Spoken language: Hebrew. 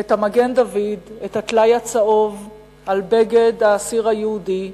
את המגן-דוד, את הטלאי הצהוב על בגד האסיר היהודי,